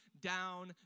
down